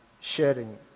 sharing